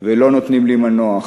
ולא נותנים לי מנוח.